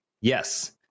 Yes